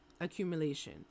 accumulation